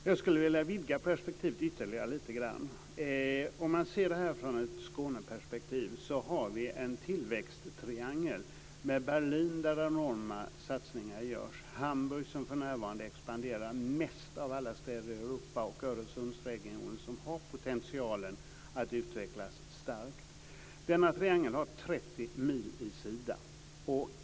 Fru talman! Jag skulle vilja vidga perspektivet ytterligare lite grann. Om man ser detta från ett Skåneperspektiv så har vi en tillväxttriangel med Berlin, där enorma satsningar görs, Hamburg, som för närvarande expanderar mest av alla städer i Europa, och Öresundsregionen, som har potentialen att utvecklas starkt. Denna triangels sida är 30 mil.